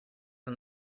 and